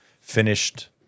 finished